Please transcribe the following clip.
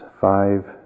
five